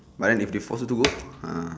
but then if they force you to go ah